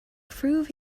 prove